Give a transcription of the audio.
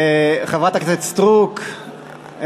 חברת הכנסת סטרוק,